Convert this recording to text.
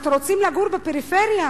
אנחנו רוצים לגור בפריפריה?